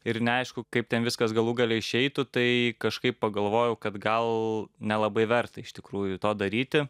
ir neaišku kaip ten viskas galų gale išeitų tai kažkaip pagalvojau kad gal nelabai verta iš tikrųjų to daryti